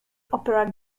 opera